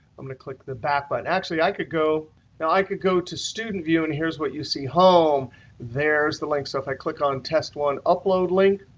i'm going to click the back button. actually, i could go now i could go to student view, and here's what you see home there's the link. so if i click on test one upload link,